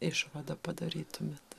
išvadą padarytumėt